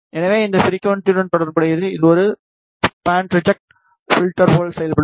எனவே அந்த ஃபிரிக்குவன்ஸியுடன் தொடர்புடையது இது ஒரு பேண்ட் ரிஐட்ஃப்ல்டர்ப் போல செயல்படும்